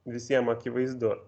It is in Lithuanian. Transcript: visiem akivaizdu